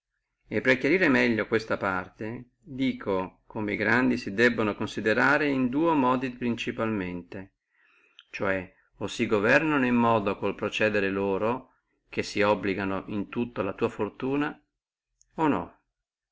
e per chiarire meglio questa parte dico come e grandi si debbono considerare in dua modi principalmente o si governano in modo col procedere loro che si obbligano in tutto alla tua fortuna o no